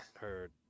heard